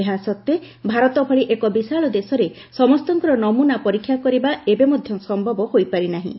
ଏହା ସତ୍ତ୍ୱେ ଭାରତ ଭଳି ଏକ ବିଶାଳ ଦେଶରେ ସମସ୍ତଙ୍କର ନମୁନା ପରୀକ୍ଷା କରିବା ଏବେ ମଧ୍ୟ ସମ୍ଭବ ହୋଇନାହିଁ